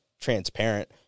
transparent